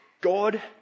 God